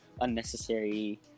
unnecessary